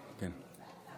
בן של מחמוד,